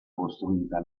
costruita